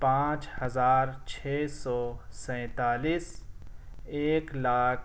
پانچ ہزار چھ سو سینتالیس ایک لاکھ